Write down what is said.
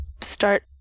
Start